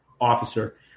officer